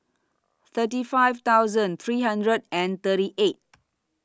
thirty five thousand three hundred and thirty eight